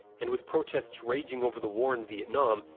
and with protests raging over the war in vietnam,